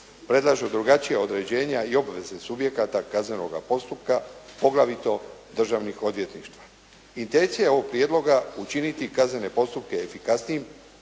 predlažu drugačija određenja i obveze subjekata kaznenoga postupka poglavito državnih odvjetništava. Intencija je ovog prijedloga učiniti kaznene postupke efikasnijim,